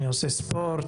אני עושה ספורט,